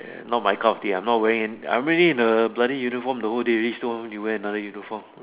ya not my cup of tea uh I'm not wearing I already in the bloody uniform the whole day already still want me to wear another uniform